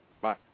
Bye